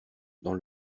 dans